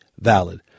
valid